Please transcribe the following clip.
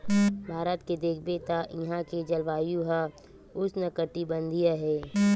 भारत के देखबे त इहां के जलवायु ह उस्नकटिबंधीय हे